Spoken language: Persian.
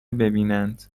ببینند